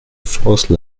force